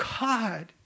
God